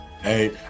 Hey